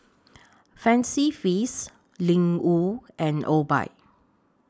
Fancy Feast Ling Wu and Obike